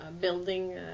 building